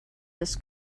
this